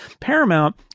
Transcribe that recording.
Paramount